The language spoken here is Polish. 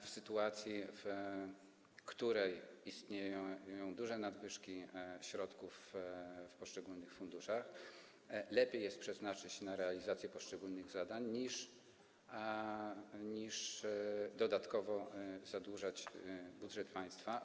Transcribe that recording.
W sytuacji, w której istnieją duże nadwyżki środków w poszczególnych funduszach, lepiej jest przeznaczyć je na realizację poszczególnych zadań niż dodatkowo zadłużać budżet państwa.